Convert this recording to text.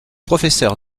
professeur